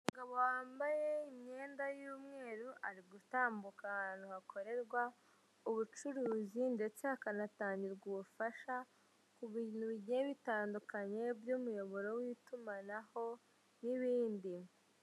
Umugabo wambaye imyenda y'umweru ari gutambuka ahantu hakorerwa ubucuruzi ndetse hakanatangirwa ubufasha ku bintu bigiye bitandukanye by'umuyoboro w'itumanaho n'ibindi.